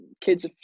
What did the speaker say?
kids